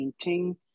painting